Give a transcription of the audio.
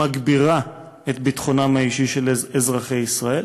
היא מגבירה את ביטחונם האישי של אזרחי ישראל.